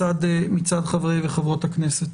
מצד חברי וחברות הכנסת.